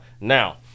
Now